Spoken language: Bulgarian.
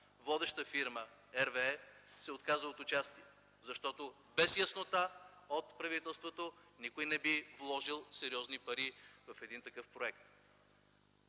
водеща фирма – RWE, се отказа от участие. Защото без яснота от правителството никой не би вложил сериозни пари в такъв проект.